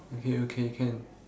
okay okay can